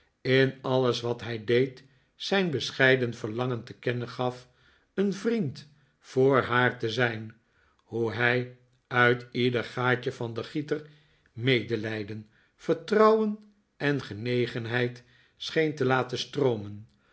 in alles wat hij deed zijn bescheiden verlangen te kennen gaf een vriend voor haar te zijn hoe hij uit ieder gaatje van den gieter medelijden vertrouwen en genegenheid scheen te laten stroomen